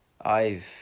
I've